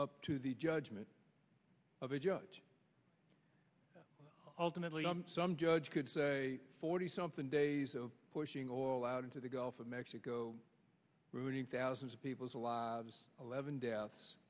up to the judgment of a judge ultimately some judge could say forty something days of pushing all out into the gulf of mexico ruining thousands of people's lives eleven deaths